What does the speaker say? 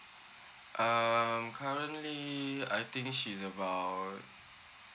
um currently I think she's about